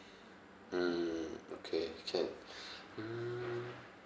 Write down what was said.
mm okay can mm